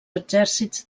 exèrcits